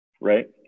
right